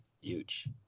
huge